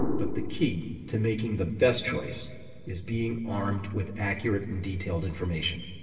but the key to making the best choice is being armed with accurate and detailed information.